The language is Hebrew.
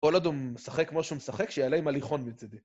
כל עוד הוא משחק כמו שהוא משחק, שיעלה עם הליכון מצדי.